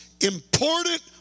important